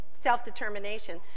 self-determination